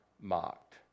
mocked